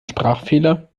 sprachfehler